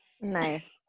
Nice